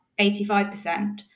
85%